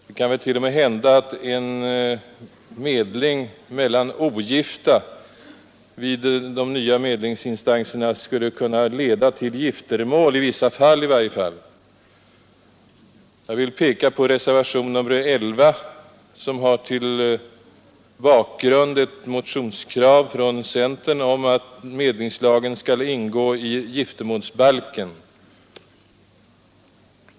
Det kan väl t.o.m. hända att en medling mellan ogifta vid någon av de nya medlingsinstanserna skulle kunna leda till giftermål i något fall. Jag vill peka på reservationen 11 som har till bakgrund ett motionskrav från centern om att medlingslagen skall ingå i giftermålsbalken.